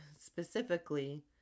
Specifically